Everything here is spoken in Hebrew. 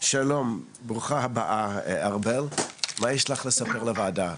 שלום ברוכה הבאה ארבל, מה יש לך לספר לוועדה?